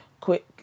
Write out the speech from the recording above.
quick